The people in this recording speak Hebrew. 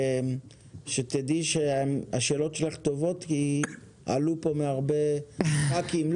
שתדעי שהשאלות שלך טובות כי הן עלו פה מהרבה ח"כים.